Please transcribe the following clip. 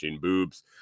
boobs